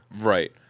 right